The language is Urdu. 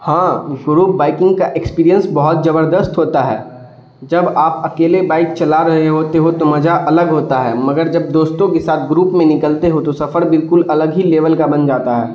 ہاں گروپ بائکنگ کا ایکسپریئنس بہت زبردست ہوتا ہے جب آپ اکیلے بائک چلا رہے ہوتے ہو تو مزہ الگ ہوتا ہے مگر جب دوستوں کے ساتھ گروپ میں نکلتے ہو تو سفر بالکل الگ ہی لیول کا بن جاتا ہے